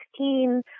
16